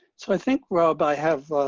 so i think, rob, i have